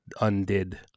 undid